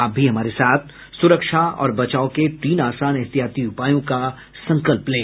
आप भी हमारे साथ सुरक्षा और बचाव के तीन आसान एहतियाती उपायों का संकल्प लें